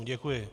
Děkuji.